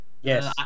Yes